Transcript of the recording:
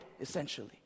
essentially